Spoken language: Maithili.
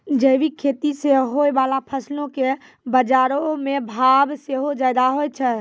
जैविक खेती से होय बाला फसलो के बजारो मे भाव सेहो ज्यादा होय छै